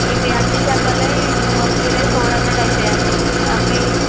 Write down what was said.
ఇవి అట్టి చేపలు అవి బొమ్మిడాయిలు అవి ఫోర్ హండ్రెడ్ అయితాయి అండి అవి